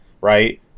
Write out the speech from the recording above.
right